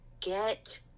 get